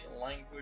language